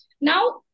Now